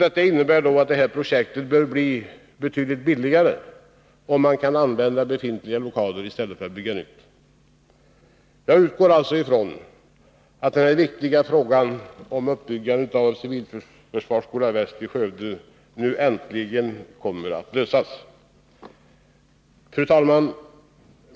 Det innebär att detta projekt bör bli avsevärt billigare, då man kan använda befintliga lokaler i stället för att bygga nytt. Jag utgår alltså ifrån att den viktiga frågan om byggandet av Civilförsvarsskola Väst i Skövde nu kommer att lösas. Fru talman!